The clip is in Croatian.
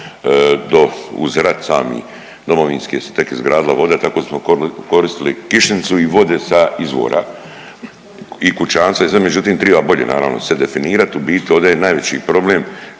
do uz rat sami domovinski se tek izgradila voda, tako smo koristili kišnicu i vode sa izvora i kućanstva i .../Govornik se ne razumije./... triba bolje, naravno se definirati u biti, ode je najveći problem